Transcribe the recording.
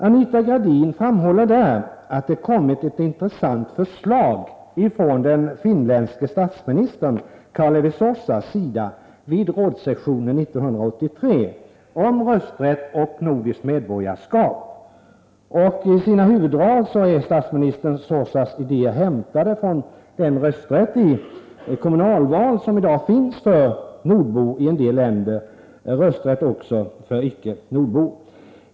Anita Gradin framhåller där att det kommit ett intressant förslag från den finländske statsministern Kalevi Sorsa vid rådssessionen 1983 om rösträtt och nordiskt medborgarskap. I sina huvuddrag är statsminister Sorsas idéer hämtade från den rösträtt i kommunalval som i dag finns för nordbor — och i en del länder rösträtt också för icke nordbor.